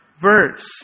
verse